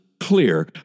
clear